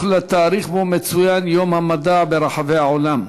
לתאריך שבו מצוין יום המדע ברחבי העולם,